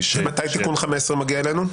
מתי תיקון 15 מגיע אלינו?